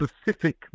specific